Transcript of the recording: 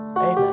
Amen